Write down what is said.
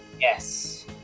Yes